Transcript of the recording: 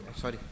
Sorry